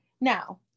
Now